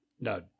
No